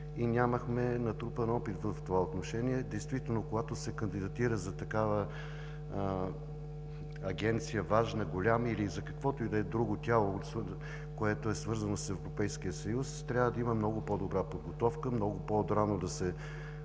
и нямахме натрупан опит в това отношение. Действително, когато се кандидатира за такава Агенция – важна, голяма или за каквото и да е друго тяло, свързано с Европейския съюз, трябва да има много по-добра подготовка, много по-отрано да се